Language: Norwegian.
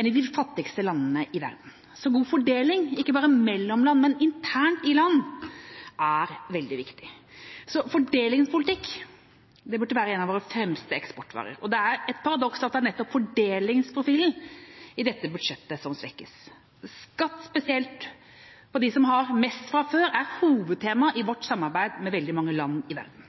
enn i de fattigste landene i verden. God fordeling, ikke bare mellom land, men internt i land er veldig viktig. Fordelingspolitikk burde være en av våre fremste eksportvarer. Det er et paradoks at det er nettopp fordelingsprofilen i dette budsjettet som svekkes. Skatt, spesielt for dem som har mest fra før, er hovedtema i vårt samarbeid med veldig mange land i verden.